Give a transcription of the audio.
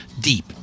deep